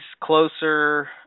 closer